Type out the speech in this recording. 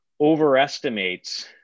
overestimates